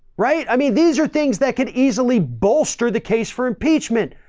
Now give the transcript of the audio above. right? i mean these are things that could easily bolster the case for impeachment.